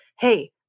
hey